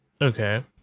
Okay